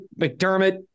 McDermott